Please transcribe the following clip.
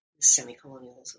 semi-colonialism